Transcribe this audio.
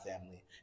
family